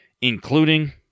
including